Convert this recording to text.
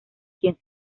quien